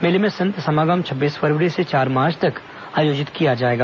मेले में संत समागम छब्बीस फरवरी से चार मार्च तक आयोजित किया जाएगा